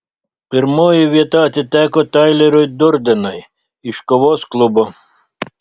pirmoji vieta atiteko taileriui durdenui iš kovos klubo